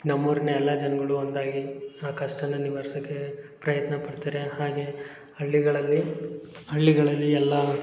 ನಮ್ಮೂರಿನ ಎಲ್ಲ ಜನಗಳು ಒಂದಾಗಿ ಆ ಕಷ್ಟನ ನಿವಾರ್ಸೋಕೆ ಪ್ರಯತ್ನ ಪಡ್ತಾರೆ ಹಾಗೆ ಹಳ್ಳಿಗಳಲ್ಲಿ ಹಳ್ಳಿಗಳಲ್ಲಿ ಎಲ್ಲ